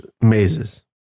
mazes